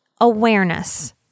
awareness